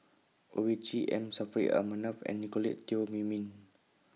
Owyang Chi M Saffri A Manaf and Nicolette Teo Wei Min